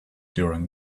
during